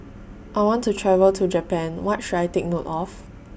I want to travel to Japan What should I Take note of